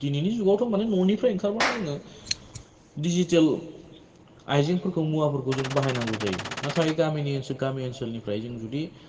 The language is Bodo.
दिनैनि जुगावथ' माने न'निफ्राय ओंखारबानो जोङो डिजिटेल आयजेंफोरखौ मुवाफोरखौ जों बाहायनांगौ जायो नाथाय गामिनि ओनसोल गामि ओनसोलनिफ्राय जों जुदि